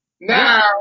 Now